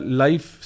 life